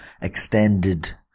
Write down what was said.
extended